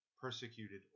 persecuted